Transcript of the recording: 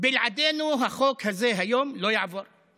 בלעדינו החוק הזה לא יעבור היום,